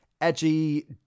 edgy